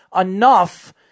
enough